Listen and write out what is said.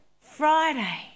Friday